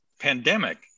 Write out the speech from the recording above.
pandemic